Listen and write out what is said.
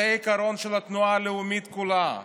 זה עיקרון של התנועה הלאומית כולה.